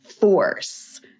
force